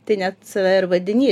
tai net save ir vadini